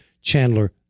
Chandler